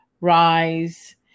rise